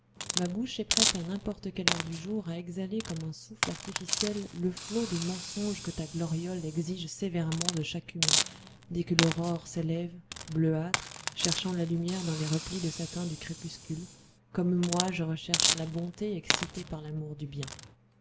ma bouche est prête à n'importe quelle heure du jour à exhaler comme un souffle artificiel le flot de mensonges que ta gloriole exige sévèrement de chaque humain dès que l'aurore s'élève bleuâtre cherchant la lumière dans les replis de satin du crépuscule comme moi je recherche la bonté excité par l'amour du bien